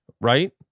right